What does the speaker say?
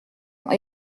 ont